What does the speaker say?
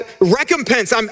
recompense